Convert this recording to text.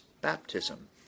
baptism